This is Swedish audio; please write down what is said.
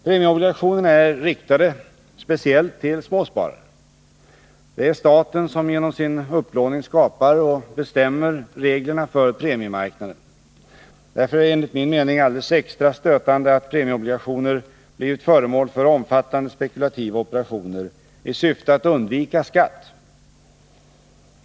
Premieobligationerna är riktade speciellt till småsparare. Det är staten som genom sin upplåning skapar och bestämmer reglerna för premiemarknaden. Därför är det enligt min mening alldeles extra stötande att premieobligationer blivit föremål för omfattande spekulativa operationer i syfte att undvika skatt.